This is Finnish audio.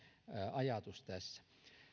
ajatus tässä